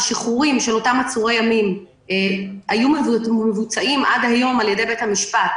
השחרורים של אותם עצורי ימים היו מבוצעים עד היום על-ידי בית המשפט.